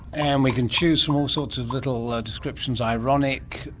and we can choose from all sorts of little descriptions ironic,